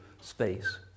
space